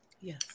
Yes